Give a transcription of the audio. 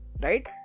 Right